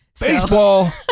baseball